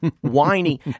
whiny